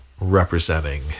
representing